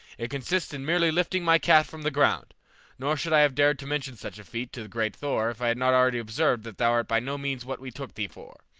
it consists in merely lifting my cat from the ground nor should i have dared to mention such a feat to the great thor if i had not already observed that thou art by no means what we took thee for.